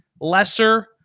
lesser